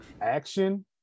action